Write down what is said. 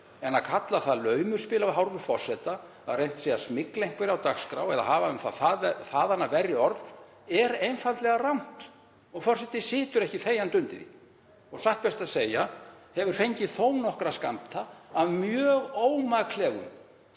en að kalla það laumuspil af hálfu forseta, að reynt sé að smygla einhverju á dagskrá eða hafa um það þaðan af verri orð er einfaldlega rangt og forseti situr ekki þegjandi undir því. Satt best að segja hefur hann fengið þó nokkra skammta af mjög ómaklegum